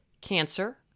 cancer